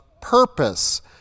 purpose